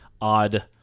odd